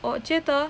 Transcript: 我觉得